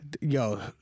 yo